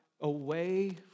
away